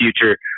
future